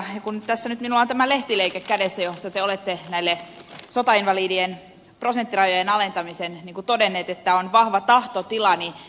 tässä nyt minulla on tämä lehtileike kädessä jossa te olette sotainvalidien prosenttirajojen alentamisesta todennut että on vahva tahtotila